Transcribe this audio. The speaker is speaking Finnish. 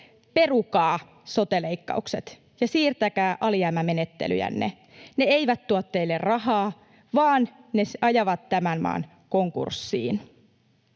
Perukaa sote-leikkaukset ja siirtäkää alijäämämenettelyjänne. Ne eivät tuo teille rahaa, vaan ne ajavat tämän maan konkurssiin.